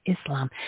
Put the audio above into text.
Islam